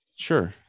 Sure